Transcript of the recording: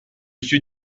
suis